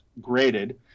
graded